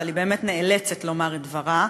אבל היא באמת נאלצת לומר את דברה,